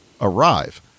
arrive